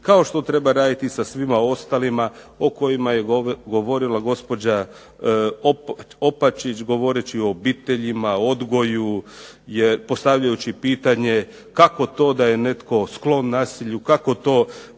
kao što treba raditi i sa svima ostalima o kojima je govorila gospođa Opačić govoreći o obiteljima, odgoju, postavljajući pitanje kako to da je netko sklon nasilju, kako to